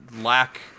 lack